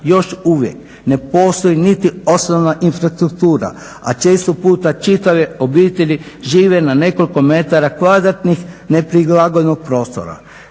još uvijek ne postoji niti osnovna infrastruktura, a često puta čitave obitelji žive na nekoliko metara kvadratnih neprikladnog prostora.